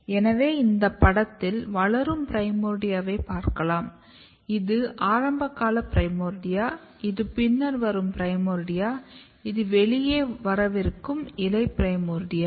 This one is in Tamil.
எனவே இந்த படத்தில் வளரும் பிரைமோர்டியவைப் பார்க்கலாம் இது ஆரம்பகால பிரைமோர்டியா இது பின்னர் வரும் பிரைமோர்டியா இது வெளியே வரவிற்கும் இலை பிரைமோர்டியா